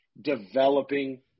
developing